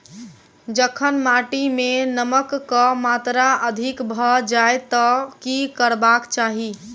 जखन माटि मे नमक कऽ मात्रा अधिक भऽ जाय तऽ की करबाक चाहि?